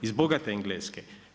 Iz bogate Engleske.